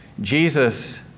Jesus